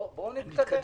בואו נתקדם.